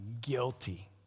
guilty